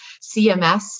CMS